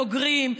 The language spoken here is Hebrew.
בוגרים,